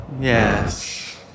yes